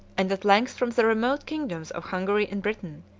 and at length from the remote kingdoms of hungary and britain,